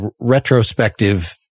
retrospective